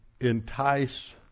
entice